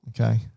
Okay